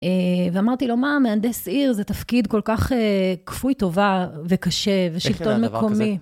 ואמרתי לו, מה, מהנדס עיר, זה תפקיד כל כך כפוי טובה וקשה ושלטון מקומי.